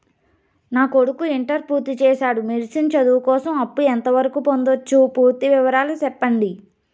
నా కొడుకు ఇంటర్ పూర్తి చేసాడు, మెడిసిన్ చదువు కోసం అప్పు ఎంత వరకు పొందొచ్చు? పూర్తి వివరాలు సెప్పండీ?